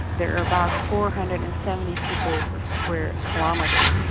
there are about four hundred and seventy people per square kilometre,